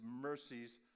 mercies